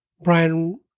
Brian